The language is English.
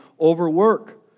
overwork